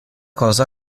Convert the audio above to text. cosa